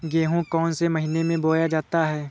गेहूँ कौन से महीने में बोया जाता है?